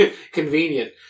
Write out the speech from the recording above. Convenient